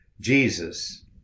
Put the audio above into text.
Jesus